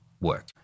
work